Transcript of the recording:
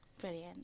Brilliant